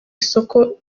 isoko